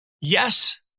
yes